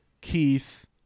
Keith